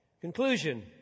Conclusion